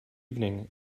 evening